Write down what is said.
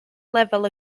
lefel